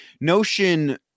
notion